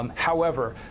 um however,